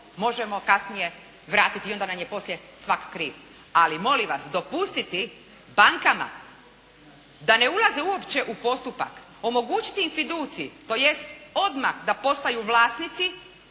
možemo kasnije vratiti i onda nam je poslije svak kriv. Ali molim vas, dopustiti bankama da ne uzlaze uopće u postupak, omogućiti im fiducij, tj. odmah da postaju vlasnici.